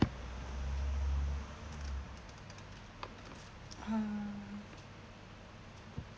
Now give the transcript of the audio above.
uh